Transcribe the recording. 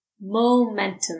momentum